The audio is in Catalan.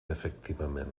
efectivament